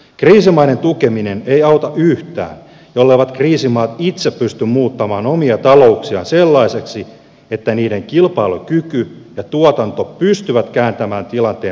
kriisimaiden tukeminen ei auta yhtään jolleivät kriisimaat itse pysty muuttamaan omia talouksiaan sellaiseksi että niiden kilpailukyky ja tuotanto pystyvät kääntämään tilanteen positiiviseen suuntaan